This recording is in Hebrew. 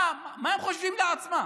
מה הם חושבים לעצמם?